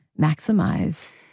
maximize